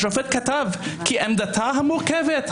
השופט כתב כי עמדתה המורכבת,